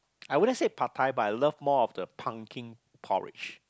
I wouldn't say Pad-Thai but I love more of the pumpkin porridge